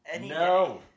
No